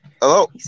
Hello